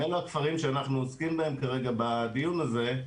כפרי הנוער המודרכים אלו הכפרים שאנחנו עוסקים בהם כרגע בדיון הזה,